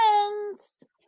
friends